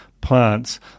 plants